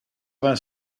vingt